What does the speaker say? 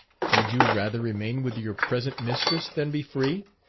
would you rather remain with your present mistress, than be free